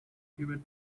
pivot